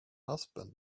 husband